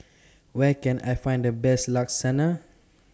Where Can I Find The Best Lasagne